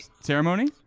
Ceremony